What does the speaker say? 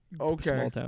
okay